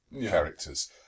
characters